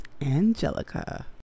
angelica